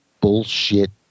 bullshit